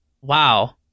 wow